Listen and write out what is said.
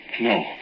No